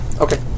Okay